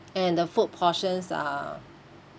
and the food portions are